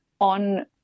on